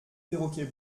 perroquet